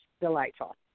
delightful